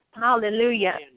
Hallelujah